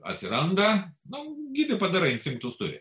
atsiranda nauji gyvi padarai instiktus turi